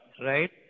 right